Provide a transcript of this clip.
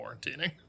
quarantining